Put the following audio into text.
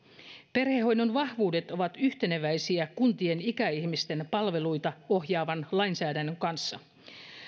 perhehoidon vahvuudet ovat yhteneväisiä kuntien ikäihmisten palveluita ohjaavan lainsäädännön kanssa